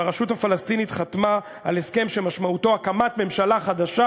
שהרשות הפלסטינית חתמה על הסכם שמשמעותו הקמת ממשלה חדשה